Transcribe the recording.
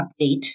update